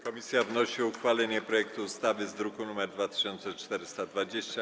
Komisja wnosi o uchwalenie projektu ustawy z druku nr 2420.